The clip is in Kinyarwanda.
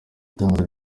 itangazo